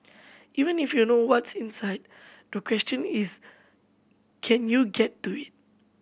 even if you know what's inside the question is can you get to it